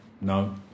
No